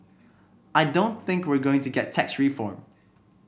I don't think we're going to get tax reform